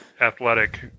athletic